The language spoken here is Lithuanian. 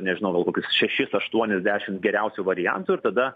nežinojau gal kokius šešis aštuonis dešimt geriausių variantų ir tada